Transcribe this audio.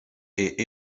est